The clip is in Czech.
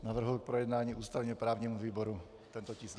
Navrhuji projednání ústavněprávnímu výboru tento tisk.